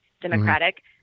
Democratic